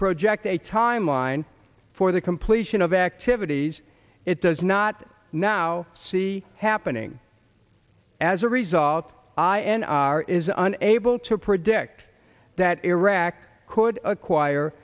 project a timeline for the completion of activities it does not now see happening as a result i n r is unable to predict that irak could acquire